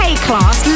K-Class